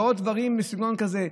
ועוד דברים בסגנון כזה.